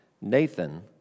Nathan